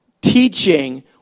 teaching